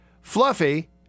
Fluffy